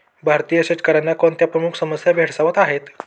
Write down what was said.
भारतीय शेतकऱ्यांना कोणत्या प्रमुख समस्या भेडसावत आहेत?